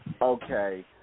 okay